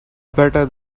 better